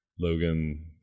logan